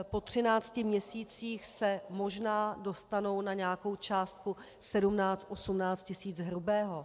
Po 13 měsících se možná dostanou na nějakou částku 17, 18 tisíc hrubého.